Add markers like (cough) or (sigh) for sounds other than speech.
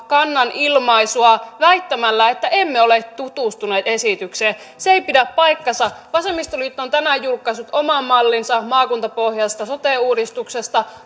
kannanilmaisua väittämällä että emme ole tutustuneet esitykseen se ei pidä paikkaansa vasemmistoliitto on tänään julkaissut oman mallinsa maakuntapohjaisesta sote uudistuksesta (unintelligible)